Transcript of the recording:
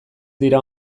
dira